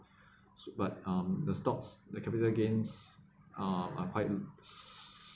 so but um the stocks the capital gains uh are quite